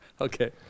Okay